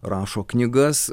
rašo knygas